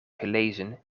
gelezen